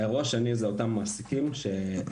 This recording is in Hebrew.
האירוע השני אלו אותם מעסיקים שמעסיקים